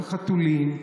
לא רק החתולים,